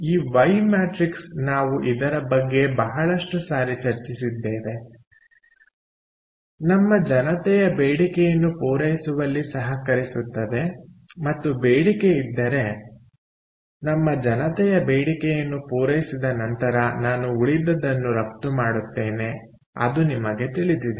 ಈ ವೈ ಮ್ಯಾಟ್ರಿಕ್ಸ್ನಾವು ಇದರ ಬಗ್ಗೆ ಬಹಳಷ್ಟು ಸಾರಿ ಚರ್ಚಿಸಿದ್ದೇನೆನಮ್ಮ ಜನತೆಯ ಬೇಡಿಕೆಯನ್ನು ಪೂರೈಸುವಲ್ಲಿ ಸಹಕರಿಸುತ್ತದೆ ಮತ್ತು ಬೇಡಿಕೆ ಇದ್ದರೆ ನಮ್ಮ ಜನತೆಯ ಬೇಡಿಕೆಯನ್ನು ಪೂರೈಸಿದ ನಂತರ ನಾನು ಉಳಿದದ್ದನ್ನು ರಫ್ತು ಮಾಡುತ್ತೇನೆ ಅದು ನಿಮಗೆ ತಿಳಿದಿದೆ